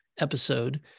episode